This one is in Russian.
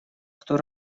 кто